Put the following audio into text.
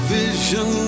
vision